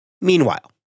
Meanwhile